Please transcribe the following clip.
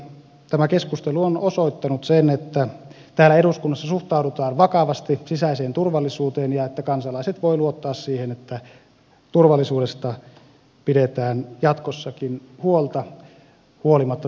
tämä keskustelu on osoittanut sen että täällä eduskunnassa suhtaudutaan vakavasti sisäiseen turvallisuuteen ja että kansalaiset voivat luottaa siihen että turvallisuudesta pidetään jatkossakin huolta huolimatta